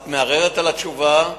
את מערערת על התשובה,